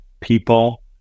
people